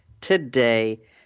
today